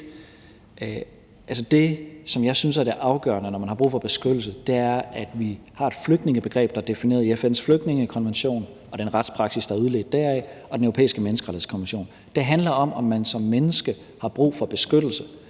det, som jeg synes er afgørende, når man har brug for beskyttelse, er, at vi har et flygtningebegreb, der er defineret i FN's flygtningekonvention og i den retspraksis, der er udledt deraf, og i Den Europæiske Menneskerettighedskonvention. Det handler om, om man som menneske har brug for beskyttelse.